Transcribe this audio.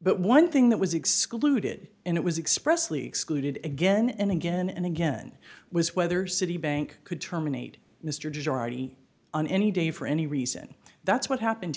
but one thing that was excluded and it was expressly excluded again and again and again was whether citibank could terminate mr gerardi on any day for any reason that's what happened